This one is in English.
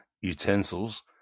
utensils